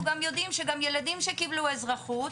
אנחנו גם יודעים שגם ילדים שקיבלו אזרחות,